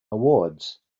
awards